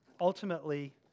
ultimately